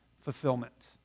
fulfillment